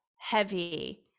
heavy